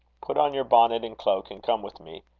put on your bonnet and cloak, and come with me.